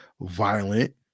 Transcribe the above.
violent